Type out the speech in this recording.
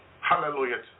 Hallelujah